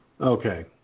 Okay